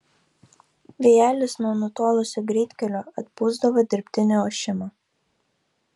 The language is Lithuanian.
vėjelis nuo nutolusio greitkelio atpūsdavo dirbtinį ošimą